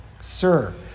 sir